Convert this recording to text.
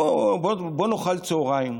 בוא נאכל צוהריים.